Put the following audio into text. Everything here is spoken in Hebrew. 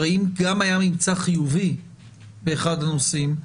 הרי אם גם היה ממצא חיובי באחד הנושאים,